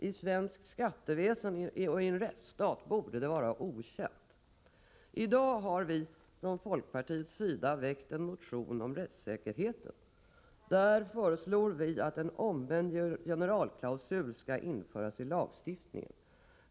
I svenskt skatteväsen och i en rättsstat borde det vara okänt. I dag har vi från folkpartiets sida väckt en motion om rättssäkerheten. Där föreslår vi att en omvänd generalklausul skall införas i lagstiftningen.